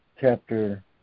Chapter